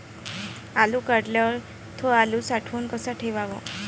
आलू काढल्यावर थो आलू साठवून कसा ठेवाव?